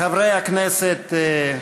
חברי הכנסת,